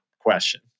question